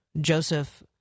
Joseph